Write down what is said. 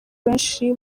benshi